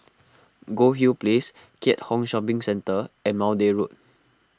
Goldhill Place Keat Hong Shopping Centre and Maude Road